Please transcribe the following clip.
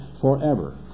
forever